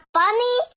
funny